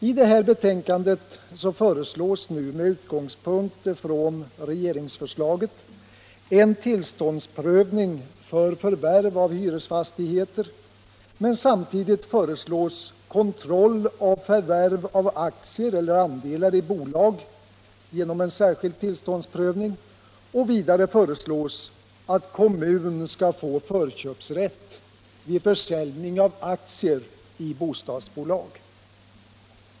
I detta betänkande föreslås, med utgångspunkt i regeringsförslaget, en tillståndsprövning för förvärv av hyresfastigheter — men samtidigt föreslås kontroll av förvärv av aktier eller andelar i bolag genom en särskild tillståndsprövning, och vidare föreslås att kommun skall få förköpsrätt vid försäljning av aktier i bostadsbolag.